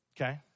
Okay